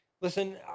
Listen